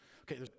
okay